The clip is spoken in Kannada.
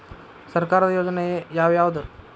ಸರ್ಕಾರದ ಯೋಜನೆ ಯಾವ್ ಯಾವ್ದ್?